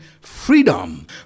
freedom